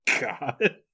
God